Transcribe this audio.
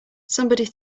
somebody